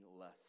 less